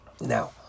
Now